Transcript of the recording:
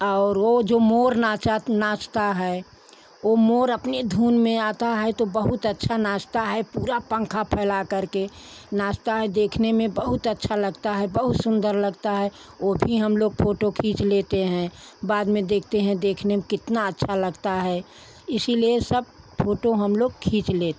और वो जो मोर नाचा नाचता है ओ मोर अपने धुन में आता है तो बहुत अच्छा नाचता है पूरा पंखा फैला करके नाचता हैं देखने में बहुत अच्छा लगता है बहुत सुन्दर लगता है ओ भी हम लोग फोटो खींच लेते हैं बाद में देखते हैं देखने में कितना अच्छा लगता है इसीलिए सब फोटो हम लोग खींच ले